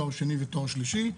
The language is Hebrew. תואר שני ותואר שלישי.